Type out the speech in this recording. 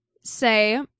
say